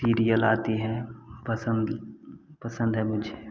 serial आती है पसंद पसंद है मुझे